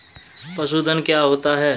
पशुधन क्या होता है?